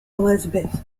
elizabeth